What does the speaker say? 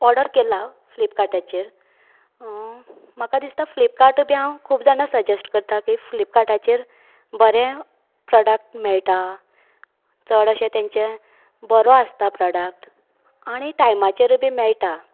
order केला फ्लिपकार्टाचेर म्हाका दिसता फ्लिपकार्टय बीन खूब जाणांक सजेस्ट करता की फ्लिपकार्टाचेर बरें प्रोडक्ट मेळटा चड अशे तेंचें बरो आसता प्रोडक्ट आनी टायमाचेरूय बी मेळटा